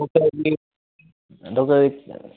okay ꯑꯗꯨꯗꯤ doctor